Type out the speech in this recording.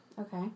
Okay